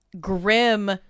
grim